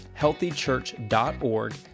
healthychurch.org